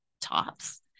tops